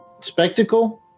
Spectacle